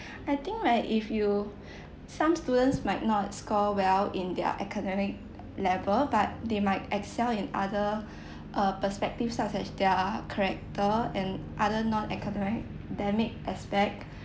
I think right if you some students might not score well in their academic level but they might excel in other uh perspective such as their character and other non academic ~demic aspect